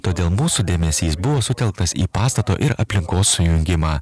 todėl mūsų dėmesys buvo sutelktas į pastato ir aplinkos sujungimą